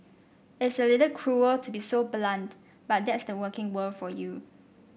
it's a little cruel to be so blunt but that's the working world for you